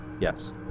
Yes